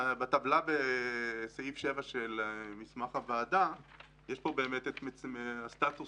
בסעיף 7 של מסמך הוועדה יש את הסטטוס